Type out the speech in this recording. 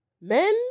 Men